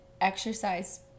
exercise